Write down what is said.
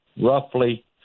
roughly